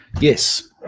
Yes